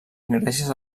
gràcies